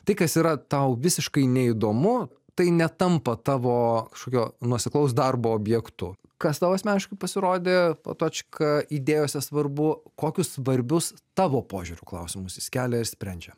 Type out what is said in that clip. tai kas yra tau visiškai neįdomu tai netampa tavo kažkokio nuoseklaus darbo objektu kas tau asmeniškai pasirodė patočka idėjose svarbu kokius svarbius tavo požiūriu klausimus jis kelia ar sprendžia